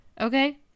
Okay